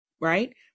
Right